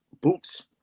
boots